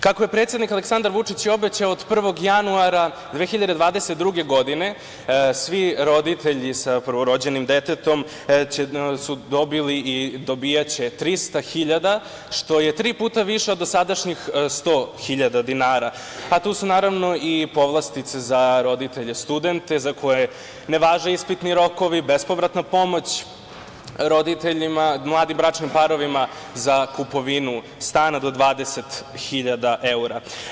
Kako je predsednik Aleksandar Vučić i obećao od 1. januara 2022. godine, svi roditelji sa prvorođenim detetom su dobili i dobijaće 300.000, što je tri puta više od dosadašnjih 100.000 dinara, a tu su i povlastice za roditelje studente, za koje ne važe ispitni rokovi, bespovratna pomoć roditeljima, mladim bračnim parovima za kupovinu stana do 20.000 evra.